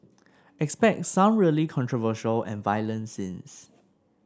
expect some really controversial and violent scenes